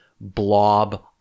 blob